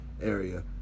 Area